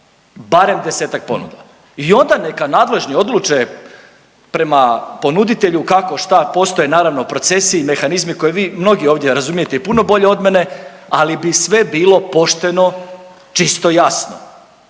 barem 10-tak ponuda i onda neka nadležni odluče prema ponuditelju kako šta postoje naravno procesi i mehanizmi koje vi mnogi ovdje razumijete i puno bolje od mene, ali bi sve bilo pošteno, čisto, jasno.